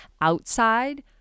outside